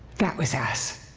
that was us.